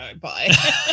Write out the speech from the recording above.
Bye